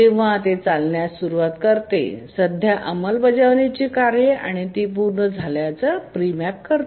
जेव्हा ते चालण्यास सुरूवात होते सध्या अंमलबजावणीची कार्ये आणि ती पूर्ण झाल्यावर प्रीमॅप करते